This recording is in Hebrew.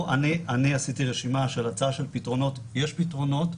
עשיתי רשימה של הצעה לפתרונות, יש פתרונות.